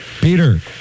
Peter